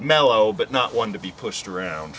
mellow but not one to be pushed around